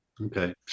Okay